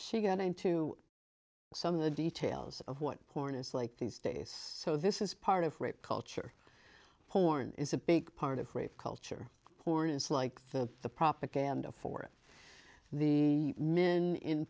she got into some of the details of what porn is like these days so this is part of rape culture porn is a big part of rape culture porn is like the the propaganda for the min